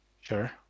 Sure